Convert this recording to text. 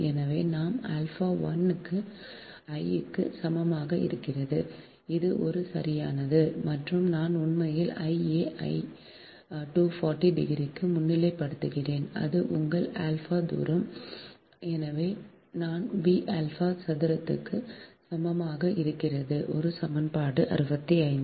எனவே நான் alpha I க்கு சமமாக இருக்கிறது இது ஒரு சரியானது மற்றும் நான் உண்மையில் Ia ஐ 240 டிகிரிக்கு முன்னிலைப்படுத்துகிறேன் அது உங்கள் ஆல்பா சதுரம் எனவே நான் b ஆல்பா சதுரத்திற்கு சமமாக இருக்கிறது இது சமன்பாடு 65